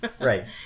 Right